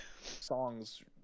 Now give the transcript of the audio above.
songs